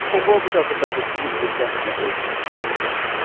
a world without the buzz of bees would definitely sting!